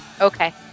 Okay